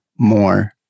more